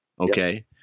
Okay